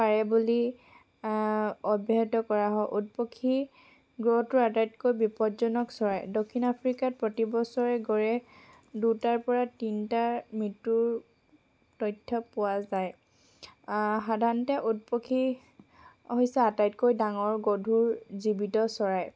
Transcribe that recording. পাৰে বুলি অব্যাহত কৰা হয় উট পক্ষী গ্ৰহটোৰ আটাইতকৈ বিপদজনক চৰাই দক্ষিণ আফ্ৰিকাত প্ৰতিবছৰে গড়ে দুটাৰপৰা তিনিটাৰ মৃত্যুৰ তথ্য পোৱা যায় সাধাৰণতে উট পক্ষী হৈছে আটাইতকৈ ডাঙৰ গধুৰ জীৱিত চৰাই